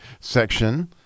section